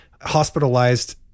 hospitalized